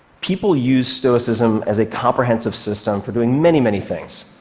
people used stoicism as a comprehensive system for doing many, many things.